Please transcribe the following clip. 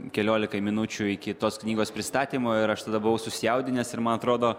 keliolikai minučių iki tos knygos pristatymo ir aš tada buvau susijaudinęs ir man atrodo